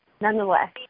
nonetheless